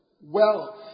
wealth